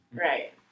Right